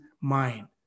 mind